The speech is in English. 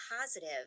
positive